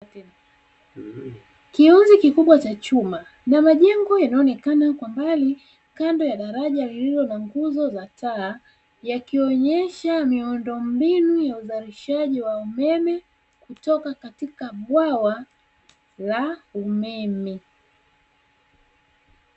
Kiuzi kikubwa cha chuma na majengo yanayoonekana kwa mbali kando ya daraja lililo na nguzo za taa, yakionyesha miundo mbinu ya uzalishaji wa umeme kutoka katika bwawa la umeme.